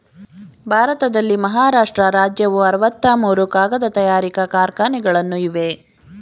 ಭಾರತದಲ್ಲಿ ಮಹಾರಾಷ್ಟ್ರ ರಾಜ್ಯವು ಅರವತ್ತ ಮೂರು ಕಾಗದ ತಯಾರಿಕಾ ಕಾರ್ಖಾನೆಗಳನ್ನು ಇವೆ